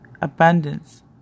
abundance